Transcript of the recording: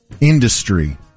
industry